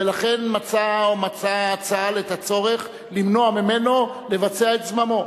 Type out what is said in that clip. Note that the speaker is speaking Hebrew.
ולכן מצא צה"ל את הצורך למנוע ממנו לבצע את זממו.